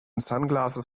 sunglasses